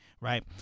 right